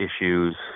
issues